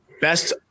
Best